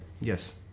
Yes